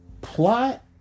plot